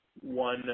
one